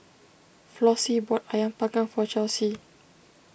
Flossie bought Ayam Panggang for Chelsey